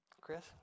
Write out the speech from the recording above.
Chris